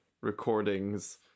recordings